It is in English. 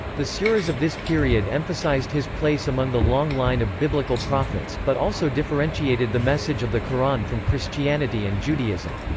the surahs of this period emphasized his place among the long line of biblical prophets, but also differentiated the message of the quran from christianity and judaism.